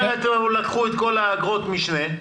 זאת אומרת, לקחו את כל אגרות המשנה,